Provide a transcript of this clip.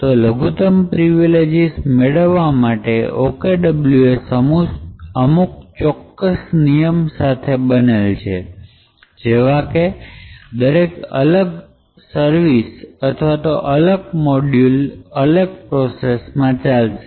તો લઘુત્તમ પ્રિવિલેજીસ મેળવવા OKWS અમુક ચોક્કસ નિયમ સાથે બનેલા છે જેવા કે દરેક અલગ સર્વિસ અથવા અલગ મોડ્યુલ અલગ પ્રોસેસ માં ચાલશે